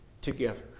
together